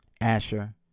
Asher